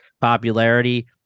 popularity